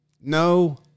No